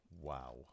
Wow